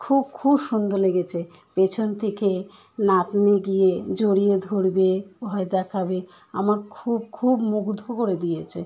খুব খুব সুন্দর লেগেছে পেছন থেকে নাতনি গিয়ে জড়িয়ে ধরবে ভয় দেখাবে আমার খুব খুব মুগ্ধ করে দিয়েছে